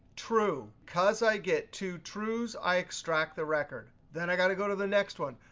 true. because i get two trues, i extract the record. then i got to go to the next one.